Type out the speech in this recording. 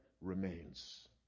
remains